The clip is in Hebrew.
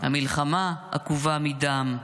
המלחמה עקובה מדם,